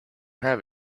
have